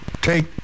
Take